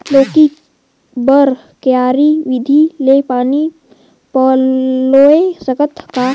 लौकी बर क्यारी विधि ले पानी पलोय सकत का?